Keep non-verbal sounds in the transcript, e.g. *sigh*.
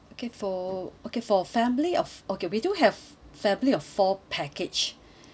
okay for okay for family of okay we do have family of four package *breath*